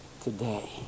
today